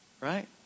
right